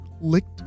licked